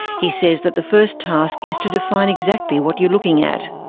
he says that the first task is to define exactly what you're looking at.